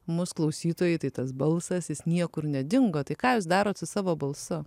mus klausytojai tai tas balsas jis niekur nedingo tai ką jūs darot su savo balsu